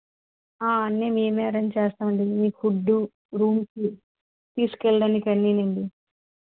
అన్ని మేమె ఆరెంజ్ చేస్తామండీ మీ ఫుడ్ రూమ్ తీసుకు వెళ్ళడానికి అన్నినండి